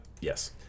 yes